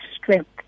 strength